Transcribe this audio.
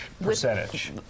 percentage